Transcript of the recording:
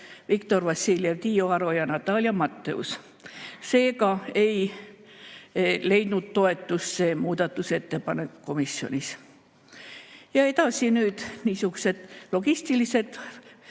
Viktor Vassiljev, Tiiu Aro ja Natalia Matteus. Seega ei leidnud see muudatusettepanek komisjonis toetust. Ja edasi nüüd niisugused logistilised